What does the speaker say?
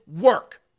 work